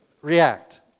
react